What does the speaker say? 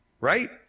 right